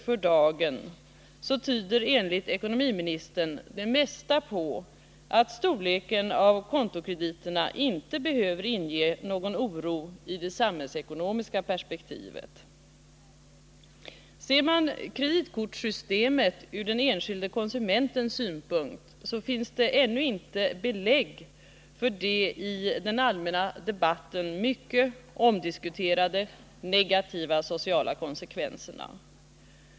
För dagen tyder enligt ekonomiministern det mesta på att storleken av kontokrediterna inte behöver inge någon oro i det samhällsekonomiska perspektivet. Ser man kreditkortssystemet ur den enskilde konsumentens synpunkt, så finner man att det ännu inte finns belägg för de i den allmänna debatten mycket omdiskuterade negativa sociala konsekvenserna.